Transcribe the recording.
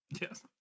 yes